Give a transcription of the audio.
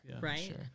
Right